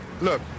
Look